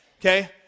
Okay